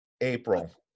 April